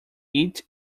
eat